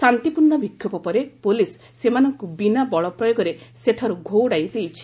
ଶାନ୍ତିପୂର୍ଣ୍ଣ ବିକ୍ଷୋଭ ପରେ ପୁଲିସ୍ ସେମାନଙ୍କୁ ବିନା ବଳପ୍ରୟୋଗରେ ସେଠାରୁ ଘଉଡ଼ାଇ ଦେଇଛି